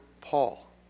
Paul